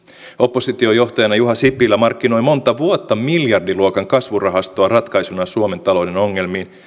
oppositiojohtajana juha sipilä markkinoi monta vuotta miljardiluokan kasvurahastoa ratkaisuna suomen talouden ongelmiin